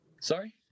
Sorry